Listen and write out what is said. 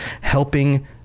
helping